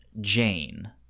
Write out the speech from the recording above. Jane